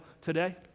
today